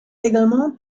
également